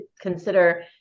consider